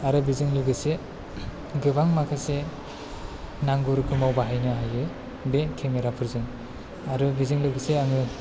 आरो बिजों लोगोसे गोबां माखासे नांगौ रोखोमाव बाहायनो हायो बे केमेरा फोरजों आरो बिजों लोगोसे आङो